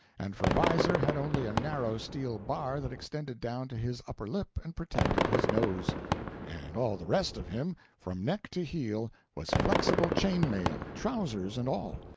and for visor had only a narrow steel bar that extended down to his upper lip and protected his nose and all the rest of him, from neck to heel, was flexible chain mail, trousers and all.